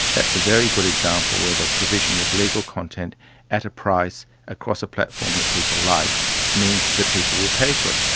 that's a very good example where the provision of legal content at a price across a platform that people like means is that people will pay for it.